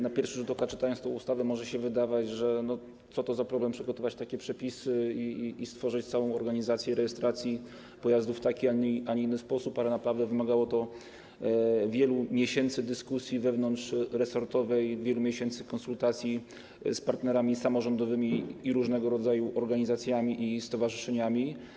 Na pierwszy rzut oka, jak czyta się tę ustawę, może się wydawać, że co to za problem przygotować takie przepisy i stworzyć całą organizację rejestracji pojazdów w taki, a nie inny sposób, ale naprawdę wymagało to wielu miesięcy dyskusji wewnątrzresortowej, wielu miesięcy konsultacji z partnerami samorządowymi i różnego rodzaju organizacjami i stowarzyszeniami.